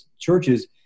churches